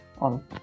on